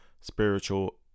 spiritual